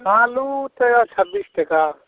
आलू तऽ छब्बीस टका